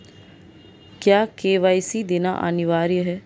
क्या के.वाई.सी देना अनिवार्य है?